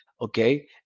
okay